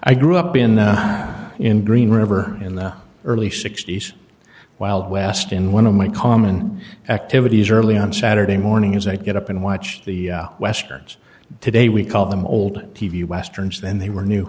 i grew up in the green river in the early sixty's wild west in one of my common activities early on saturday morning as i get up and watch the westerns today we call them old t v westerns then they were new